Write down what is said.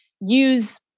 use